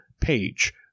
Page